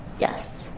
yes.